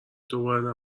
دوباره